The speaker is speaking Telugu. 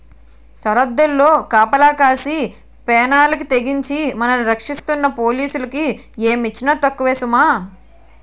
సరద్దుల్లో కాపలా కాసి పేనాలకి తెగించి మనల్ని రచ్చిస్తున్న పోలీసులకి ఏమిచ్చినా తక్కువే సుమా